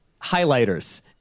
highlighters